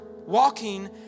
walking